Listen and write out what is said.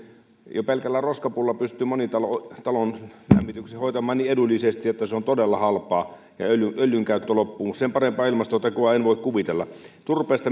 jo pelkällä roskapuulla pystyy moni talon talon lämmityksen hoitamaan niin edullisesti että se on todella halpaa ja öljyn öljyn käyttö on loppunut sen parempaa ilmastotekoa en voi kuvitella turvehan